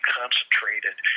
concentrated